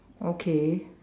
okay